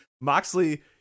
Moxley